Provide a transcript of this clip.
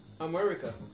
America